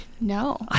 No